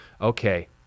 okay